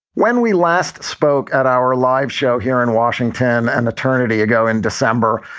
when we last spoke at our live show here in washington an eternity ago, in december,